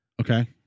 Okay